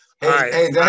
Hey